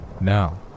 Now